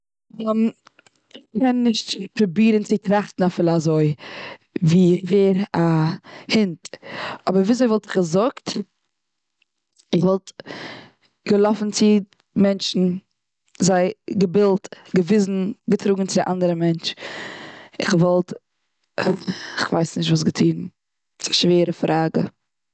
כ'קען נישט פרובירן צו טראכטן אפילו אזוי, צו ווערן א הינט. אבער וויאזוי וואלט איך געזאגט? איך וואלט געלאפן צו מענטשן זיי געבילט, געוויזן, געטראגן צו א אנדערע מענטש. כ'וואלט כ'ווייס נישט וואס געטון. ס'א שווערע פראגע.